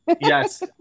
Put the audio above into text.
Yes